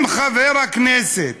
אם חבר הכנסת